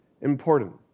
important